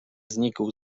znikł